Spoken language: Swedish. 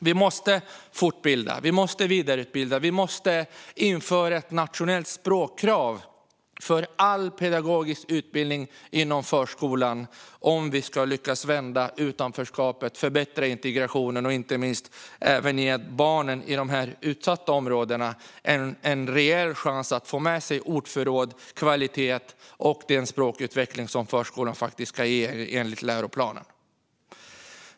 Vi måste fortbilda, vi måste vidareutbilda och vi måste införa ett nationellt språkkrav för all pedagogisk utbildning inom förskolan om vi ska lyckas vända utanförskapet, förbättra integrationen och, inte minst, även ge barnen i de utsatta områdena en rejäl chans att få med sig ordförråd, kvalitet och den språkutveckling som förskolan faktiskt ska ge enligt läroplanen.